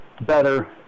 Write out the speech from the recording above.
better